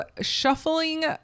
shuffling